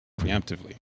preemptively